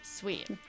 sweet